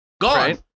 gone